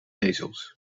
ezels